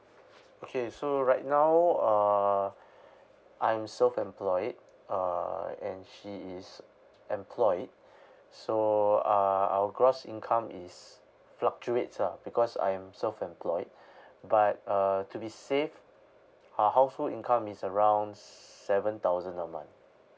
okay so right now uh I am self employed uh and she is employed so uh our gross income is fluctuates lah because I am self employed but uh to be safe our household income is around seven thousand a month